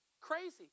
crazy